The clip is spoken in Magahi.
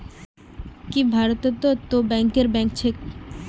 की भारतत तो बैंकरेर बैंक छेक